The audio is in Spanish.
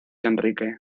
enrique